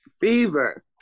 fever